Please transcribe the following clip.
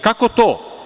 Kako to?